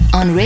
on